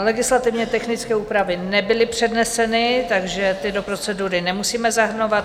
Legislativně technické úpravy nebyly předneseny, takže ty do procedury nemusíme zahrnovat.